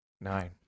Nine